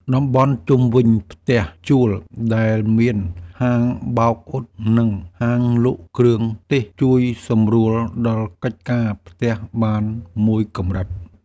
តំបន់ជុំវិញផ្ទះជួលដែលមានហាងបោកអ៊ុតនិងហាងលក់គ្រឿងទេសជួយសម្រួលដល់កិច្ចការផ្ទះបានមួយកម្រិត។